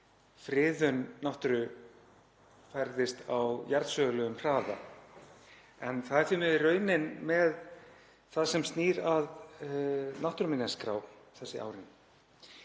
friðun náttúru ferðist á jarðsögulegum hraða en það er því miður raunin með það sem snýr að náttúruminjaskrá þessi árin.